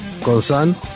concern